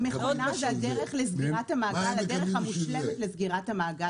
המכונה היא הדרך המושלמת לסגירת המעגל.